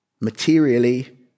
materially